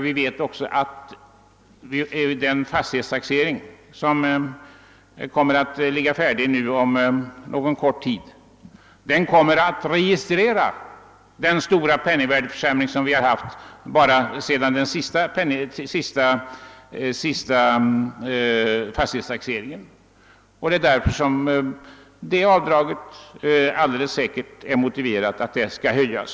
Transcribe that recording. Vi vet också att den fastighetstaxering som kommer att ligga klar inom kort kommer att registrera den stora penningvärdeförsämring vi haft bara sedan den senaste fastighetstaxeringen gjordes. Därför är det alldeles säkert motiverat att det avdraget nu höjes.